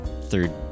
third